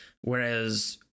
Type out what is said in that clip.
whereas